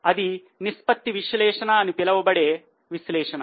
అది నిష్పత్తి విశ్లేషణ అని పిలువబడే విశ్లేషణ